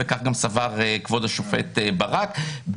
וכך גם סבר כבוד השופט ברק,